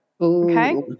okay